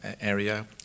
area